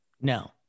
no